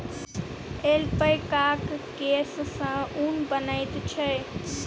ऐल्पैकाक केससँ ऊन बनैत छै